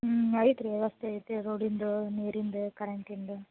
ಹ್ಞೂ ಐತ್ರಿ ವ್ಯವಸ್ಥೆ ಐತೆ ರೋಡಿಂದು ನೀರಿಂದು ಕರೆಂಟಿಂದು